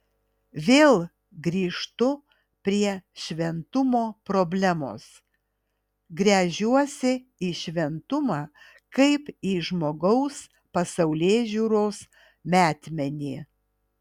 vėl grįžtu prie šventumo problemos gręžiuosi į šventumą kaip į žmogaus pasaulėžiūros metmenį